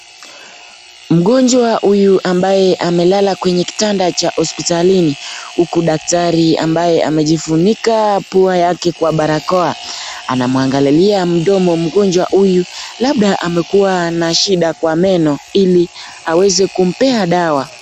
Mgonjwa huyu ambaye amelala kwenye kitanda cha hospitalini huku daktari ambaye amejifunika pua yake kwa barakoa anamwangalilia mdomo mgonjwa huyu labda amekuwa na shida kwa meno ili aweze kumpea dawa.